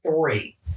three